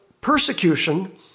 persecution